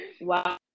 Wow